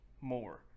more